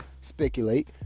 speculate